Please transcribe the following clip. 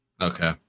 Okay